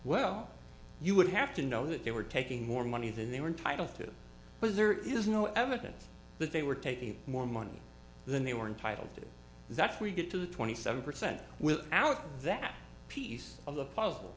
well you would have to know that they were taking more money than they were entitled to but there is no evidence that they were taking more money than they were entitled to that's where you get to the twenty seven percent with out that piece of the puzzle